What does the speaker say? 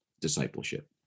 discipleship